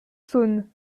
saône